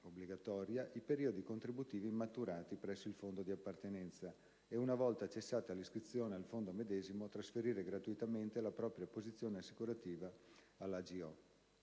obbligatoria i periodi contributivi maturati presso il fondo di appartenenza e, una volta cessata l'iscrizione al fondo medesimo, trasferire gratuitamente la propria posizione assicurativa